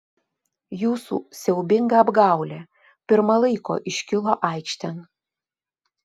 jūsų siaubinga apgaulė pirma laiko iškilo aikštėn